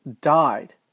died